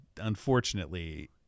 unfortunately